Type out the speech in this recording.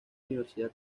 universidad